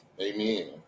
Amen